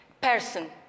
person